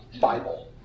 Bible